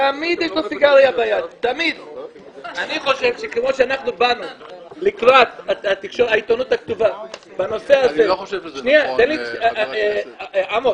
אני חושב שכמו שבאנו לקראת העיתונות הכתובה בנושא הזה של הפרסום,